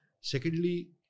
Secondly